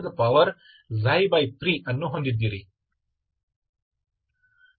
Fe 3 ಅನ್ನು ಹೊಂದಿದ್ದೀರಿ